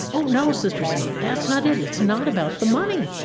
oh, no sister simone. that's not it. it's not about the money.